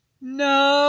No